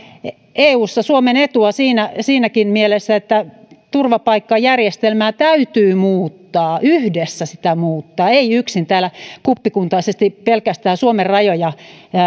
eussa suomen etua siinäkin mielessä että turvapaikkajärjestelmää täytyy muuttaa yhdessä sitä muuttaa ei yksin täällä kuppikuntaisesti pelkästään suomen rajoja